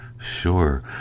sure